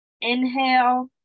Inhale